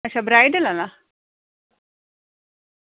अच्छा ब्राईडल आह्ला